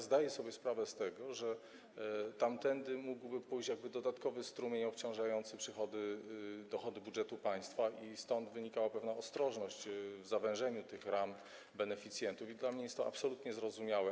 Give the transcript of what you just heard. Zdaję sobie sprawę z tego, że tamtędy mógłby pójść dodatkowy strumień obciążający dochody budżetu państwa i stąd wynikała pewna ostrożność w zawężeniu tych ram beneficjentów - dla mnie jest to absolutnie zrozumiałe.